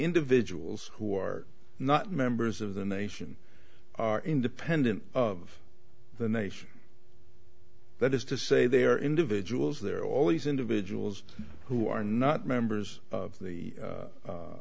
individuals who are not members of the nation are independent of the nation that is to say they are individuals they are all these individuals who are not members of the